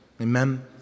Amen